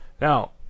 now